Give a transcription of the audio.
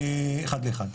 אחד לאחד.